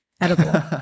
edible